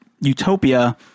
utopia